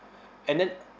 and then